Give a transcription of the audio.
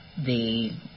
-the